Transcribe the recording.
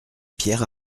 pierre